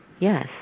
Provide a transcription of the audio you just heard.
yes